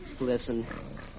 Listen